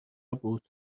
بود